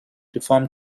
reformed